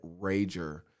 rager